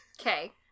Okay